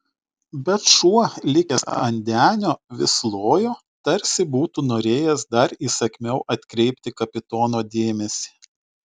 bet šuo likęs ant denio vis lojo tarsi būtų norėjęs dar įsakmiau atkreipti kapitono dėmesį